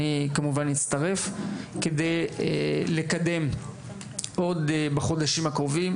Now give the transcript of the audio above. אני כמובן מצטרף כדי לקדם עוד בחודשים הקרובים,